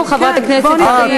לקחנו לתשומת לבנו, חברת הכנסת קריב.